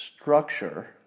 structure